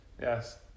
Yes